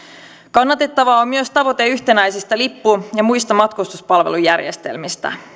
kannatettavaa on myös tavoite yhtenäisistä lippu ja muista matkustuspalvelujärjestelmistä